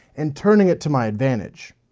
and turning it to my advantage.